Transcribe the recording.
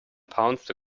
pounced